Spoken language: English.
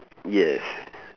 yes